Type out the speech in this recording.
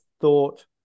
thought